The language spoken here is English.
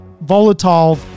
volatile